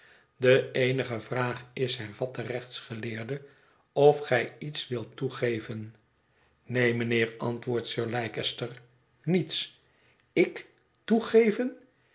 de eenige vraag is hervat de rechtsgeleerde of gij iets wilt toegeven neen mijnheer antwoordt sir leicester niets i k